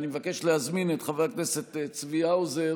אני מבקש להזמין את חבר הכנסת צבי האוזר